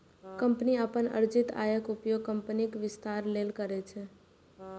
company अपन अर्जित आयक उपयोग कंपनीक विस्तार लेल करै छै